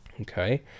Okay